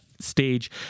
stage